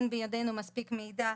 אין בידינו מספיק מידע,